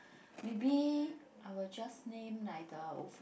maybe I will just name like the of